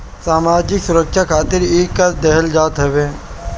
सामाजिक सुरक्षा खातिर इ कर देहल जात हवे